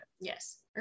Yes